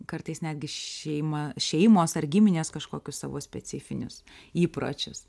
kartais netgi šeima šeimos ar giminės kažkokius savo specifinius įpročius